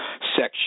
section